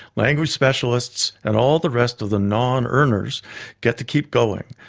language specialists, and all the rest of the non-earners get to keep going,